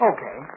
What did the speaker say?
Okay